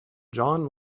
john